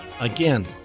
Again